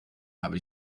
habe